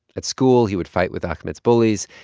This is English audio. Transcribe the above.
at school, he would fight with ahmed's bullies.